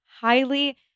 highly